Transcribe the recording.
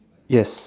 yes